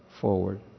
forward